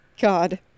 God